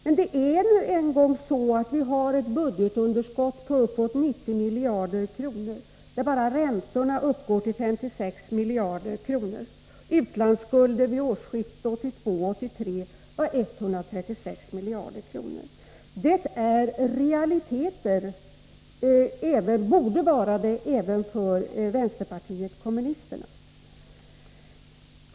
Men det är en gång så att vi har ett budgetunderskott på uppåt 90 miljarder kronor, och bara räntorna uppgår till 56 miljarder kronor. Utlandsskulden vid årsskiftet 1982-1983 var 136 miljarder kronor. Det är realiteter, och borde vara det även för vänsterpartiet kommunisterna.